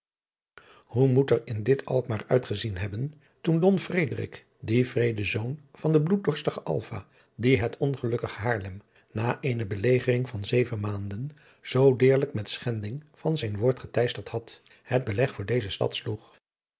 hoe moet er in dit alkmaar uitgezien hebben toen don frederik die wreede zoon van den bloeddorstigen alva die het ongelukkig haarlem na eene belegering van zeven maanden zoo deerlijk met schending van zijn woord geteisterd had het beleg voor deze stad sloeg